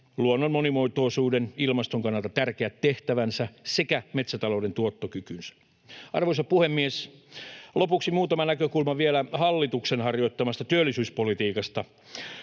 luonnon monimuotoisuuden, ilmaston kannalta tärkeät tehtävänsä sekä metsätalouden tuottokykynsä. Arvoisa puhemies! Lopuksi muutama näkökulma vielä hallituksen harjoittamasta työllisyyspolitiikasta.